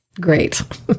great